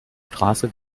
straße